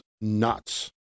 nuts